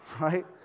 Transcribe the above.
Right